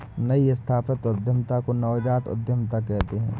नई स्थापित उद्यमिता को नवजात उद्दमिता कहते हैं